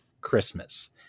christmas